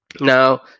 Now